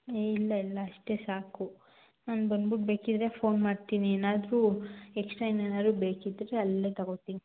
ಇಲ್ಲ ಇಲ್ಲ ಅಷ್ಟೇ ಸಾಕು ನಾನು ಬಂದ್ಬಿಟ್ ಬೇಕಿದ್ದರೆ ಫೋನ್ ಮಾಡ್ತೀನಿ ಏನಾದರೂ ಎಕ್ಸ್ಟ್ರಾ ಏನೆನಾದ್ರು ಬೇಕಿದ್ದರೆ ಅಲ್ಲೇ ತಗೋತೀನಿ